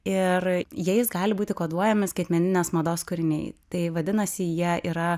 ir jais gali būti koduojami skaitmeninės mados kūriniai tai vadinasi jie yra